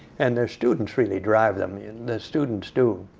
and their students really drive them. yeah and the students do.